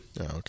Okay